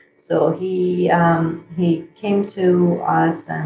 so he um he came to us and